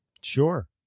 Sure